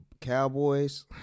Cowboys